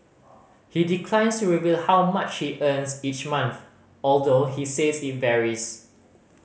he declines to reveal how much he earns each month although he says it varies